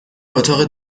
اتاق